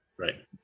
Right